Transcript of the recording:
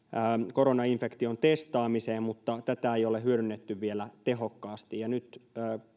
koronainfektion testaamiseen mutta tätä ei ole hyödynnetty vielä tehokkaasti